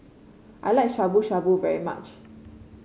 I like Shabu Shabu very much